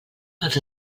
els